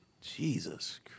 Jesus